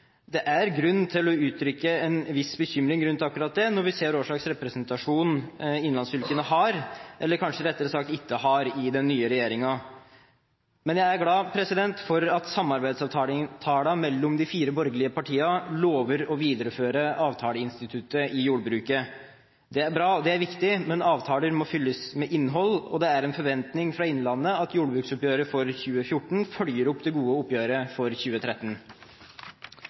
Det er grunn til å uttrykke en viss bekymring for akkurat dette når vi ser hvilken representasjon innlandsfylkene har – eller kanskje rettere sagt ikke har – i den nye regjeringen. Men jeg er glad for at samarbeidsavtalen mellom de fire borgerlige partiene lover å videreføre avtaleinstituttet i jordbruket. Det er bra, og det er viktig, men avtaler må fylles med innhold, og det er en forventning fra innlandet at jordbruksoppgjøret for 2014 følger opp det gode oppgjøret for 2013.